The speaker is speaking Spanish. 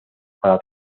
para